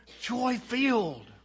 joy-filled